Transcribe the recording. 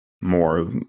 more